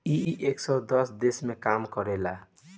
इ एक सौ दस देश मे काम करेला